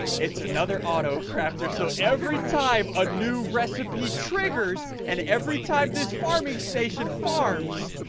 it's another auto crafter so every time a new recipe triggers and every time this farming station farms,